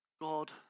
God